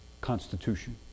Constitution